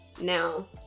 now